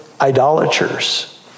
idolaters